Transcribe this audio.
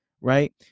Right